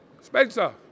Spencer